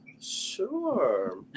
Sure